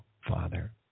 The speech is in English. Father